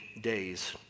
days